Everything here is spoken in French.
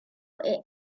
est